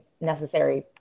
necessary